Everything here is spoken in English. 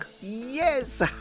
Yes